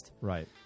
right